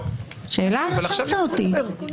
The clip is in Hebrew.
עכשיו יוראי מדבר.